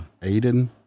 Aiden